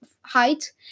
height